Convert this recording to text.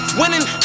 winning